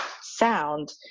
sound